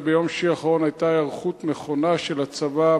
וביום שישי האחרון היתה היערכות נכונה של הצבא,